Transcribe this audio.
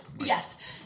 Yes